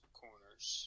corners